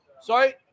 Sorry